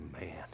man